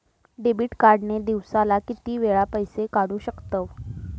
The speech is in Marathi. डेबिट कार्ड ने दिवसाला किती वेळा पैसे काढू शकतव?